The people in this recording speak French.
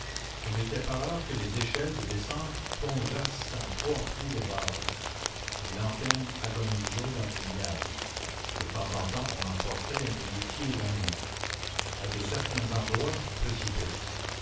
il n'était pas rare que les échelles de descente plongeassent dans trois pieds de vase les lanternes agonisaient dans les miasmes de temps en temps on emportait un égoutier évanoui à de certains endroits précipice